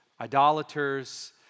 idolaters